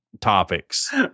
topics